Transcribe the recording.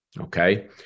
Okay